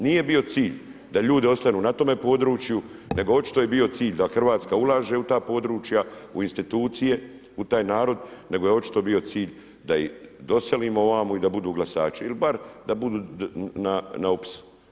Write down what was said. Nije bio cilj da ljudi ostanu na tome području nego je očito bio cilj da HRvatska ulaže u ta područja u institucije, u taj narod nego je očito bio cilj da ih doselimo ovamo i da budu glasači ili bar da budu na upis.